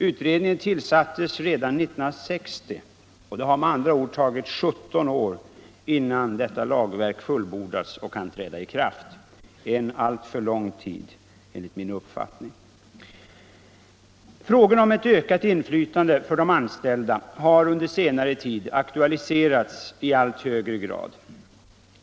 Utredningen tillsattes redan 1960, och det har med andra ord tagit 17 år innan arbetet fullföljts och lagen kan träda i kraft. Det är en alltför lång tid enligt min uppfattning. Frågorna om ett ökat inflytande för de anställda har under senare tid aktualiserats i allt högre grad.